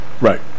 right